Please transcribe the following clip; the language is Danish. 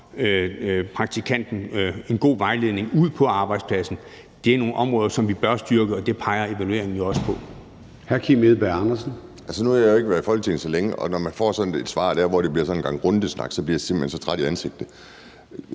praktikanten en god vejledning ude på arbejdspladsen. Det er nogle områder, som vi bør styrke, og det peger evalueringen jo også på. Kl. 10:30 Formanden (Søren Gade): Hr. Kim Edberg Andersen. Kl. 10:30 Kim Edberg Andersen (NB): Nu har jeg jo ikke været i Folketinget så længe, og når man får sådan et svar som det der, hvor det bliver sådan en gang rundesnak, så bliver jeg simpelt hen så træt i hovedet.